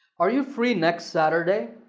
are you free next saturday?